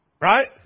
Right